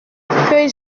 que